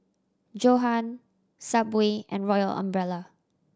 Johan Subway and Royal Umbrella